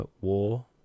War